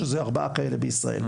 שיש ארבעה כאלה בישראל.